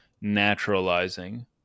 naturalizing